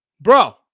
bro